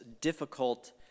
difficult